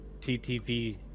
TTV